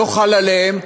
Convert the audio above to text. לא חל עליהם,